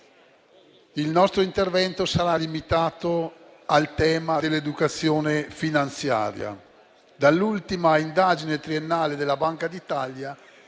il nostro intervento sarà limitato al tema dell'educazione finanziaria. Dall'ultima indagine triennale della Banca d'Italia